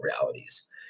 realities